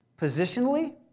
Positionally